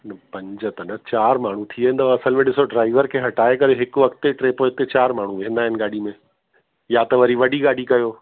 पंज त न चारि माण्हू थी वेंदव असांखे बि ॾिसो ड्राइवर खे हटाए करे हिकु अॻिते टे पोइते चारि माण्हू वेहंदा आहिनि गाॾी में या त वरी वॾी गाॾी कयो